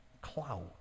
cloud